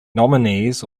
nominees